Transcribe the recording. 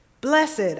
Blessed